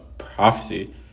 prophecy